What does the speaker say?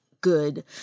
good